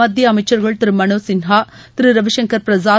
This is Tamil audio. மத்திய அமைச்சர்கள் திரு மனோஜ் சின்ஹா திரு ரவிசங்கள் பிரசாத்